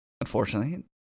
Unfortunately